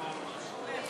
156 לא נתקבלה.